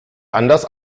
anders